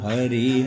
Hari